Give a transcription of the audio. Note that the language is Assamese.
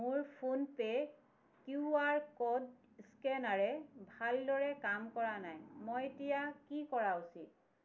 মোৰ ফোনপে' কিউ আৰ ক'ড স্কেনাৰে ভালদৰে কাম কৰা নাই মই এতিয়া কি কৰা উচিত